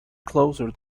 closer